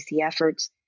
efforts